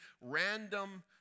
random